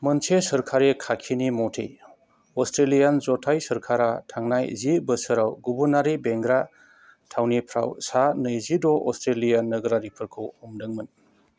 मोनसे सोरखारि खाखिनि मथै अस्ट्रेलियान जथाइ सोरखारा थांनाय जि बोसोराव गुबुनारि बेंग्रा थावनिफ्राव सा नैजिद' अस्ट्रेलियान नोगोरारिफोरखौ हमदोंमोन